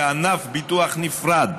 כענף ביטוח נפרד,